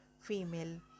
female